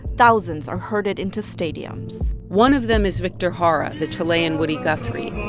thousands are herded into stadiums one of them is victor jara, the chilean woody guthrie